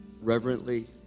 reverently